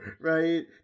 Right